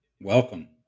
Welcome